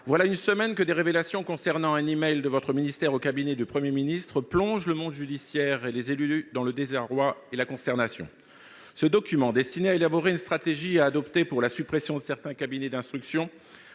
Voilà une semaine que des révélations concernant un e-mail adressé par votre ministère au cabinet du Premier ministre plongent le monde judiciaire et les élus dans le désarroi et la consternation. Ce document, destiné à élaborer une stratégie à adopter pour la suppression de certains cabinets d'instruction,